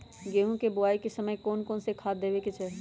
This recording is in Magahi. गेंहू के बोआई के समय कौन कौन से खाद देवे के चाही?